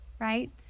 right